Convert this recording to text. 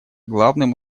главным